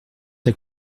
t’a